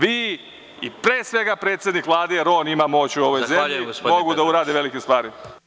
Vi i pre svega predsednik Vlade jer on ima moć u ovoj zemlji mogu da urade velike stvari.